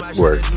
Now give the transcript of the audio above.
work